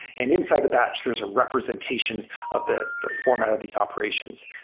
and inside the batch, there's a representation of the the format of these operations,